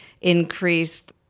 increased